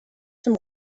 zum